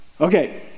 Okay